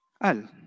Al